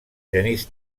genís